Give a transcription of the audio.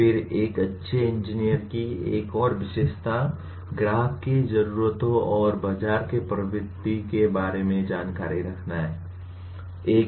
फिर एक अच्छे इंजीनियर की एक और विशेषता ग्राहक की जरूरतों और बाजार के प्रवृत्ति के बारे में जानकारी रखना हे